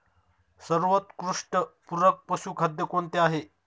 सर्वोत्कृष्ट पूरक पशुखाद्य कोणते आहे?